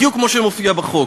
בדיוק כמו שמופיע בחוק.